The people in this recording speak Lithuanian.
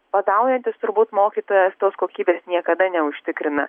badaujantis turbūt mokytojas tos kokybės niekada neužtikrina